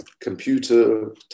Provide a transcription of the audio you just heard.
computer